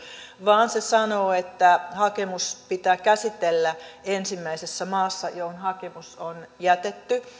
vaan se sanoo että hakemus pitää käsitellä ensimmäisessä maassa johon hakemus on jätetty